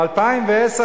ב-2010,